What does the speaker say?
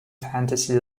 fantasy